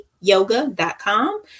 yoga.com